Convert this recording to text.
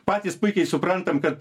patys puikiai suprantam kad